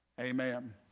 amen